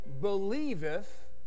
believeth